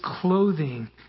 clothing